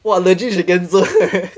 !wah! legit she cancel leh